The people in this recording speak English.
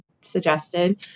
suggested